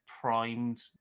primed